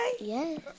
Yes